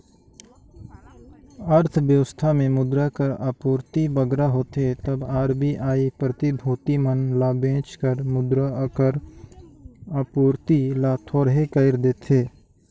अर्थबेवस्था में मुद्रा कर आपूरति बगरा होथे तब आर.बी.आई प्रतिभूति मन ल बेंच कर मुद्रा कर आपूरति ल थोरहें कइर देथे